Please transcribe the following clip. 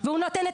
והוא נותן את